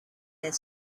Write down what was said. their